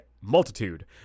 multitude